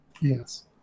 Yes